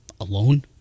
alone